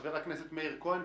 חבר הכנסת מאיר כהן,